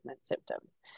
symptoms